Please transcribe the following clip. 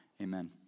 Amen